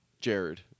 Jared